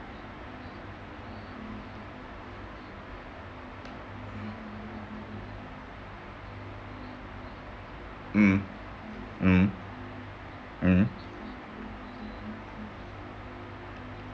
mm mm mm